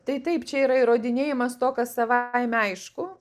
tai taip čia yra įrodinėjimas to kas savaime aišku